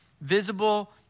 visible